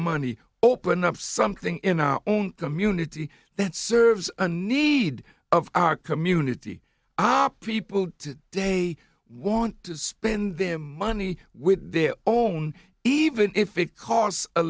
money open up something in our own community that serves a need of our community people they want to spend them money with their own even if it costs a